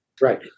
Right